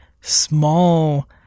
small